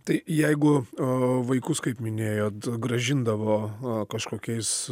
tai jeigu vaikus kaip minėjot grąžindavo kažkokiais